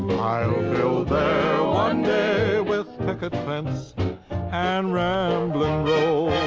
i'll build there one day, with picket fence and ramblin' rose.